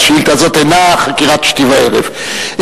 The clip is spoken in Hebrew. השאילתא הזו אינה חקירת שתי וערב.